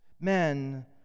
men